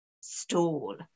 stall